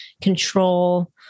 control